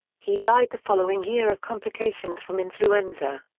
he died the following year of complications from influenza.